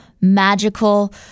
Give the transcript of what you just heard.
magical